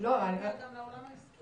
--- גם לעולם העסקי.